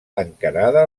encarada